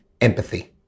empathy